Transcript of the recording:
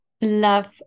love